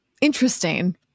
interesting